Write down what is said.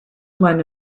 meine